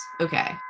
Okay